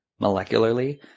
molecularly